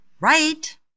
right